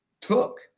took